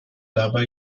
dabei